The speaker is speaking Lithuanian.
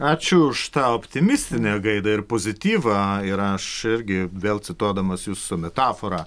ačiū už tą optimistinę gaidą ir pozityvą ir aš irgi vėl cituodamas jūsų metaforą